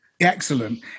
Excellent